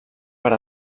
per